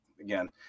again